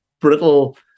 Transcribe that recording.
brittle